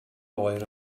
oer